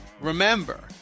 remember